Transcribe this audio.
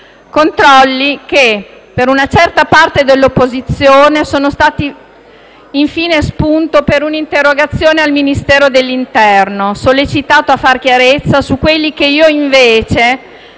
Controlli che per una certa parte dell'opposizione sono stati infine spunto per un'interrogazione al Ministero dell'interno, sollecitato a far chiarezza su quelle che definirei